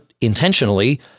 intentionally